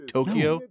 Tokyo